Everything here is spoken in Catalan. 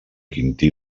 quintí